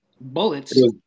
bullets